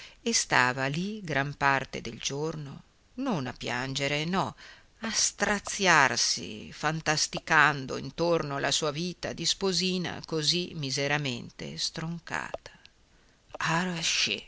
e stava lì gran parte del giorno a piangere no a straziarsi fantasticando intorno alla sua vita di sposina così miseramente stroncata